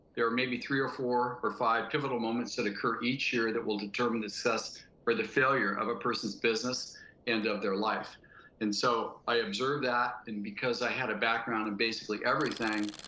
there are maybe three or four or five pivotal moments, that occur each year that will determine the success or the failure of a person's business and of their life and so i observed that, and because i had a background in basically everything,